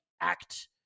act